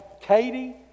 Katie